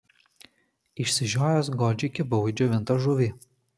išsižiojęs godžiai kibau į džiovintą žuvį